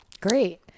Great